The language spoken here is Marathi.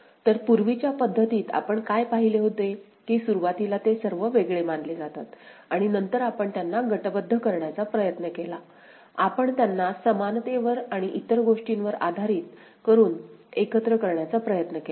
तर पूर्वीच्या पद्धतीत आपण काय पाहिले होते की सुरुवातीला ते सर्व वेगळे मानले जातात आणि नंतर आपण त्यांना गटबद्ध करण्याचा प्रयत्न केला आपण त्यांना समानतेवर आणि इतर गोष्टींवर आधारित करून एकत्र करण्याचा प्रयत्न केला